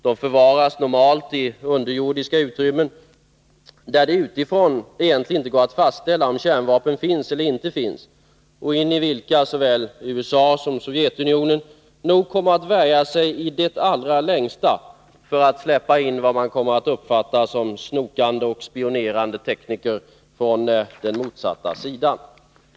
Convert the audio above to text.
De förvaras normalt i underjordiska utrymmen; utifrån går det egentligen inte att fastställa om kärnvapen finns där eller inte, och såväl USA som Sovjetunionen kommer nogi det längsta att värja sig mot att där släppa in vad man kommer att uppfatta som snokande och spionerande tekniker från den motsatta sidan.